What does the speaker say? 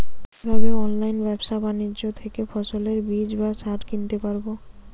কীভাবে অনলাইন ব্যাবসা বাণিজ্য থেকে ফসলের বীজ বা সার কিনতে পারবো?